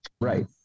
Right